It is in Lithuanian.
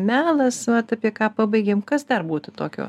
melas vat apie ką pabaigėm kas dar būtų tokio